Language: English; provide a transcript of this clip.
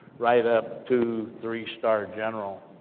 right up to three star general.